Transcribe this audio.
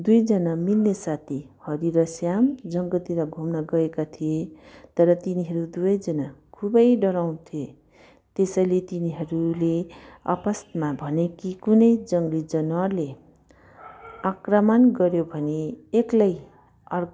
दुईजना मिल्ने साथी हरि र श्याम जङ्गलतिर घुम्न गएका थिएँ तर तिनीहरू दुवैजना खुबै डराउँथेँ त्यसैले तिनीहरूले आपसमा भने कि कुनै जङ्गली जनावरले आक्रामण गर्यो भने एक्लै अर्क